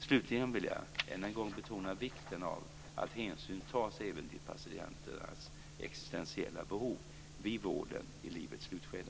Slutligen vill jag än en gång betona vikten av att hänsyn tas även till patienternas existentiella behov vid vården i livets slutskede.